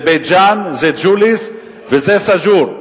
זה בית-ג'ן, זה ג'וליס וזה סאג'ור.